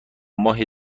ماه